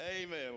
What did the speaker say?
amen